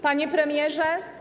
Panie Premierze!